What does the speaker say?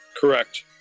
correct